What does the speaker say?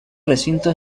recinto